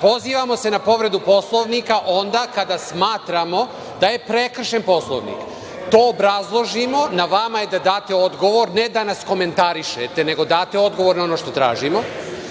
Pozivamo se na povredu Poslovnika onda kada smatramo da je prekršen Poslovnik, to obrazložimo i na vama je da date odgovor, ne da nas komentarišete, nego da date odgovor na ono što tražimo